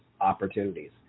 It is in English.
opportunities